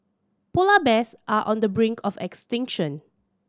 polar bears are on the brink of extinction